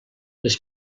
les